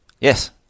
Yes